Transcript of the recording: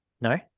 No